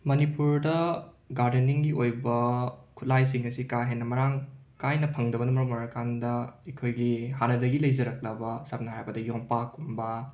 ꯃꯅꯤꯄꯨꯔꯗ ꯒꯥꯔꯗꯦꯅꯤꯡꯒꯤ ꯑꯣꯏꯕ ꯈꯨꯠꯂꯥꯏꯁꯤꯡ ꯑꯁꯤ ꯀꯥ ꯍꯦꯟꯅ ꯃꯔꯥꯡ ꯀꯥꯏꯅ ꯐꯪꯗꯕꯅ ꯃꯔꯝ ꯑꯣꯏꯔꯀꯥꯟꯗ ꯑꯩꯈꯣꯏꯒꯤ ꯍꯥꯟꯅꯗꯒꯤ ꯂꯩꯖꯔꯛꯂꯕ ꯁꯝꯅ ꯍꯥꯏꯔꯕꯗ ꯌꯣꯝꯄꯥꯛꯀꯨꯝꯕ